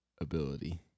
Ability